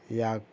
یا